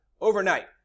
Overnight